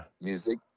music